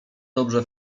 dobrze